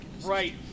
Right